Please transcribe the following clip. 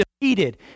defeated